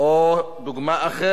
או דוגמה אחרת,